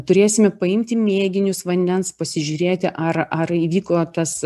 turėsime paimti mėginius vandens pasižiūrėti ar ar įvyko tas